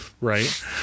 Right